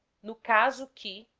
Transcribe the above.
no caso que,